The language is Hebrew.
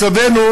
מצבנו